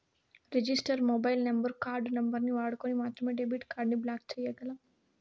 register mobile number, card నంబరుని వాడుకొని మాత్రమే డెబిట్ కార్డుని బ్లాక్ చేయ్యగలం